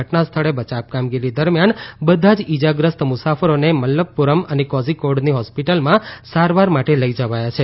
ઘટના સ્થળે બચાવ કામગીરી દરમિયાન બધા જ ઇજાગ્રસ્ત મુસાફરોને મલ્લપુરમ અને કોઝીકોડની હોસ્પિટલમાં સારવાર માટે લઇ જવાયા છે